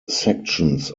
sections